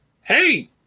Hey